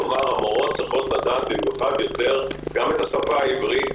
כלומר המורות צריכות לדעת יותר גם את השפה העברית,